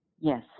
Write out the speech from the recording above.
Yes